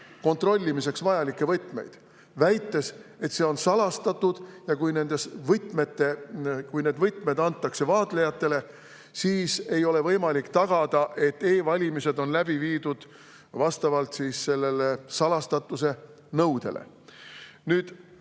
kontrollimiseks vajalikke võtmeid, väites, et need on salastatud ja kui need võtmed antakse vaatlejatele, siis ei ole võimalik tagada, et e-valimised on läbi viidud vastavalt salastatuse nõudele. Nüüd,